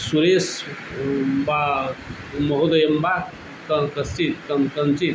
सुरेशः वा महोदयं वा कं कश्चित् कं कञ्चित्